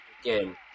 Again